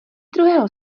druhého